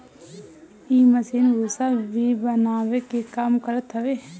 इ मशीन भूसा भी बनावे के काम करत हवे